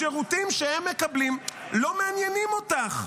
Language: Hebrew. השירותים שהם מקבלים לא מעניינים אותך.